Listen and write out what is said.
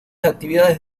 actividades